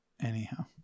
Anyhow